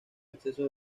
accesos